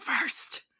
first